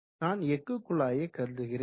நான் எஃகு குழாயை கருதுகிறேன்